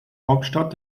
hauptstadt